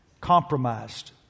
Compromised